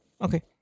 okay